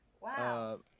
Wow